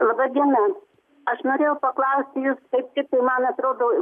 laba diena aš norėjau paklausti jus taip kaip man atrodo